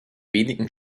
wenigen